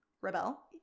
rebel